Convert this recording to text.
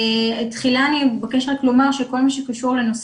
תחילה אני אבקש רק לומר שכל מה שקשור לנושא